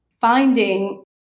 Finding